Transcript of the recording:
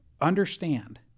understand